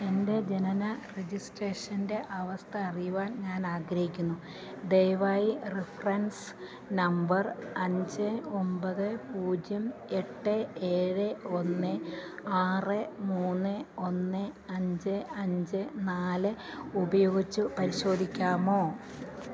എൻ്റെ ജനന രജിസ്ട്രേഷൻ്റെ അവസ്ഥ അറിയുവാൻ ഞാനാഗ്രഹിക്കുന്നു ദയവായി റഫറൻസ് നമ്പർ അഞ്ച് ഒമ്പത് പൂജ്യം എട്ട് ഏഴ് ഒന്ന് ആറ് മൂന്ന് ഒന്ന് അഞ്ച് അഞ്ച് നാല് ഉപയോഗിച്ച് പരിശോധിക്കാമോ